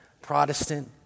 Protestant